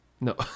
No